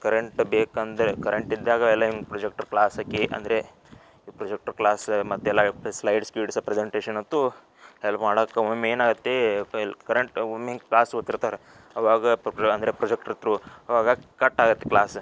current ಬೇಕೆಂದ್ರೆ current ಇದ್ದಾಗ ಎಲ್ಲ ಹಿಂಗೆ ಪ್ರಾಜೆಕ್ಟ್ರ್ ಕ್ಲಾಸಾಕಿ ಅಂದರೆ ಪ್ರಾಜೆಕ್ಟ್ರ್ ಕ್ಲಾಸ ಮತ್ತು ಎಲ್ಲ ಸ್ಲಯ್ಡ್ಸ್ ಫೀಡ್ಸ್ ಪ್ರೆಸೆಂಟೇಷನ್ ಅಂತೂ ಹೇಳಿ ಮಾಡೋಕೆ ಒಮ್ಮೊಮ್ಮೆ ಏನಾಗುತ್ತೆ ಫೈಲ್ ಕರೆಂಟ್ ಒಮ್ಮೊಮ್ಮೆ ಕ್ಲಾಸ್ ಹೋಗ್ತಿರ್ತಾರೆ ಆವಾಗ ಪಪ್ರು ಅಂದ್ರೆ ಪ್ರಾಜೆಕ್ಟ್ರ್ ತ್ರು ಆವಾಗ ಕಟ್ ಆಗುತ್ತೆ ಕ್ಲಾಸ